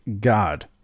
God